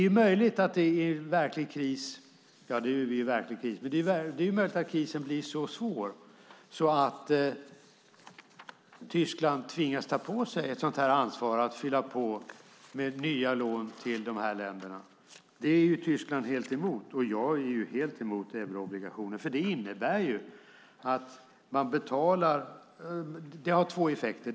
Det är möjligt att krisen blir så svår att Tyskland tvingas ta på sig ett ansvar att fylla på med nya lån till de här länderna. Det är Tyskland helt emot, och jag är helt emot euroobligationer. Det har två effekter.